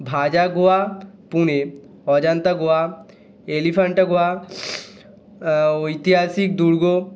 ভাজা গুহা পুনে অজন্তা গুহা এলিফ্যান্টা গুহা ঐতিহাসিক দুর্গ